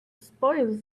spoils